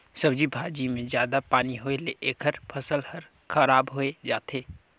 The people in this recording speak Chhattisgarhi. सब्जी भाजी मे जादा पानी होए ले एखर फसल हर खराब होए जाथे